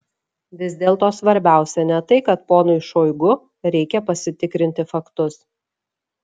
vis dėlto svarbiausia ne tai kad ponui šoigu reikia pasitikrinti faktus